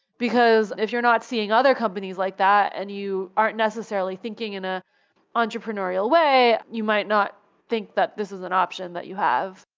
because if you're not seeing other companies like that and you aren't necessarily thinking in an ah entrepreneurial way, you might not think that this is an option that you have.